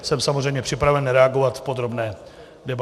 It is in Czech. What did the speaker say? Jsem samozřejmě připraven reagovat v podrobné debatě.